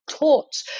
taught